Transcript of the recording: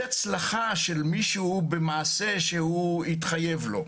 הצלחה של מישהו במעשה שהוא התחייב לו.